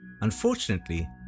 Unfortunately